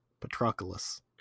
Patroclus